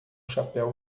chapéu